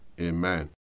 Amen